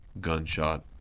gunshot